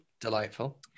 Delightful